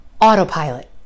autopilot